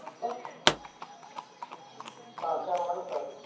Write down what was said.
hello ஆ sir வணக்கம் sir